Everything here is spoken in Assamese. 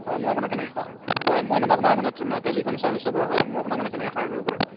হয় মই আপোনাক কেনেকৈ হয় মই মানে আপোনাৰ মানে মানে টেলিকম চাৰ্ভিচৰ পৰা হয় মই আপোনাক মানে কেনেকৈ সহায় কৰিব পাৰোঁ